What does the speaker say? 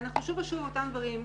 אנחנו חוזרים שוב ושוב על אותם דברים.